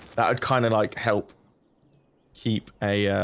that i'd kind of like help keep a